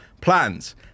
plans